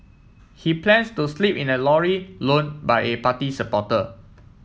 he plans to sleep in a lorry loan by a party supporter